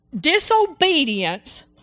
disobedience